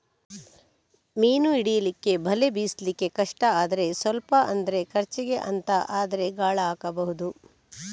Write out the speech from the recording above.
ಮೀನು ಹಿಡೀಲಿಕ್ಕೆ ಬಲೆ ಬೀಸ್ಲಿಕ್ಕೆ ಕಷ್ಟ ಆದ್ರೆ ಸ್ವಲ್ಪ ಅಂದ್ರೆ ಖರ್ಚಿಗೆ ಅಂತ ಆದ್ರೆ ಗಾಳ ಹಾಕ್ಬಹುದು